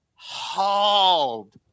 hauled